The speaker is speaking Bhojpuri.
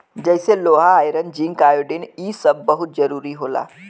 जइसे लोहा आयरन जिंक आयोडीन इ सब बहुत जरूरी होला